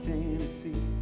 Tennessee